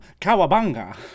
Kawabanga